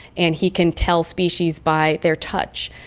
and he can tell species by their touch.